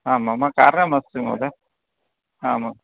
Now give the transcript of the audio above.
आम् मम कारणमस्ति महोदय आमाम्